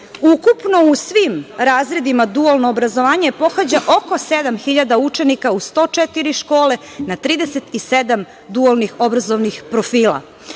Ukupno u svim razredima dualno obrazovanje pohađa oko sedam hiljada učenika u 104 škole na 37 dualnih obrazovnih profila. Prema